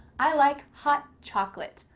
i like hot chocolate.